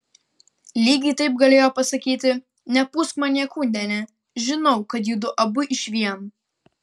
lygiai taip galėjo pasakyti nepūsk man niekų deni žinau kad judu abu išvien